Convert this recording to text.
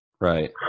Right